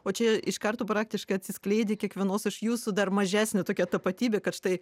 o čia iš karto praktiškai atsiskleidi kiekvienos iš jūsų dar mažesnė tokia tapatybė kad štai